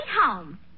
home